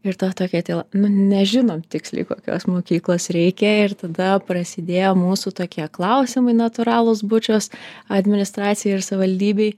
ir ta tokia tyla nu nežinom tiksliai kokios mokyklos reikia ir tada prasidėjo mūsų tokie klausimai natūralūs bučos administracijai ir savivaldybei